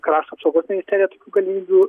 krašto apsaugos ministerija tokių galimybių